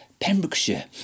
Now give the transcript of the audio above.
Pembrokeshire